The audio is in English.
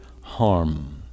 harm